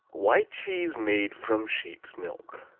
white cheese made from sheep's milk.